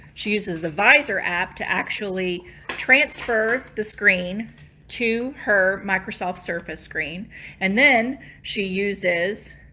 she uses the vysor app to actually transfer the screen to her microsoft surface screen and then she uses